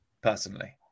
personally